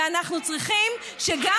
ואנחנו צריכים שגם